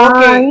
Okay